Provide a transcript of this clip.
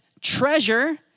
treasure